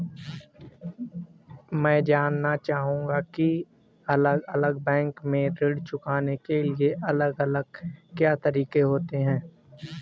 मैं जानना चाहूंगा की अलग अलग बैंक के ऋण चुकाने के अलग अलग क्या तरीके होते हैं?